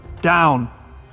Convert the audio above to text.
Down